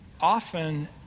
often